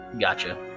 Gotcha